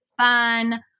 fun